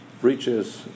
breaches